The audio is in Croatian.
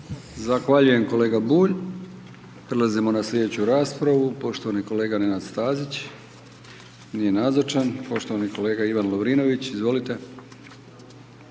Zahvaljujem kolega Bulj. Prelazimo na sljedeću raspravu. Poštovani kolega Nenad Stazić. Nije nazočan. Poštovani kolega Ivan Lovrinović, izvolite.